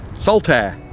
saltaire!